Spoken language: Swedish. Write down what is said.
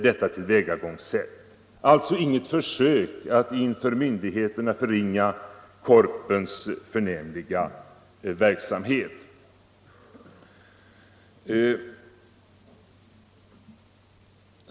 Det är alltså inget försök att inför myndigheterna förringa Korpens förnämliga verksamhet.